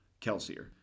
Kelsier